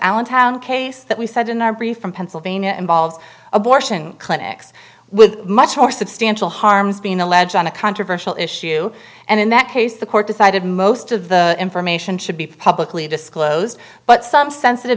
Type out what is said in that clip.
allentown case that we said in our brief from pennsylvania involves abortion clinics with much more substantial harms being alleged on a controversial issue and in that case the court decided most of the information should be publicly disclosed but some sensitive